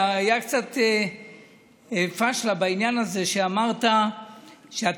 הייתה קצת פשלה בעניין הזה שאמרת שאתה